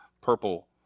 purple